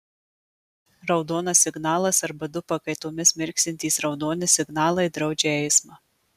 raudonas signalas arba du pakaitomis mirksintys raudoni signalai draudžia eismą